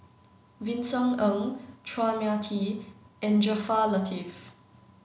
Vincent Ng Chua Mia Tee and Jaafar Latiff